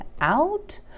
out